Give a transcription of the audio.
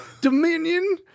dominion